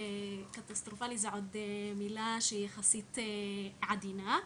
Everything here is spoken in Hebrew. קטסטרופלי זו מילה שהיא יחסית עדינה,